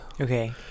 Okay